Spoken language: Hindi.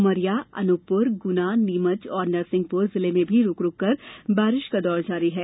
उमरिया अनूपपुर गुना नीमच और नरसिंहपुर जिले में भी रूकरूक कर बारिश का दौर जारी है